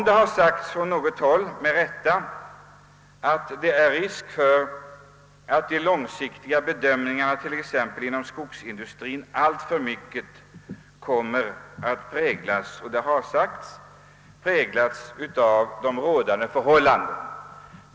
Det har från något håll med rätta framhållits, att det föreligger risk för att de långsiktiga bedömningarna beträffande t.ex. skogsindustrien alltför mycket kommer att präglas av nu rådande förhållanden.